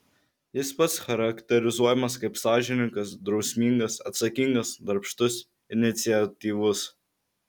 jis pats charakterizuojamas kaip sąžiningas drausmingas atsakingas darbštus iniciatyvus